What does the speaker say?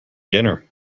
dinner